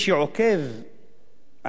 אחרי מעשי האלימות שמתבצעים,